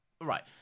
right